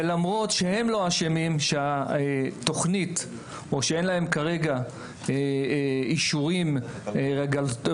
למרות שהם לא אשמים שאין להם כרגע אישורים רגולטוריים,